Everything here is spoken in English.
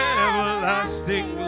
everlasting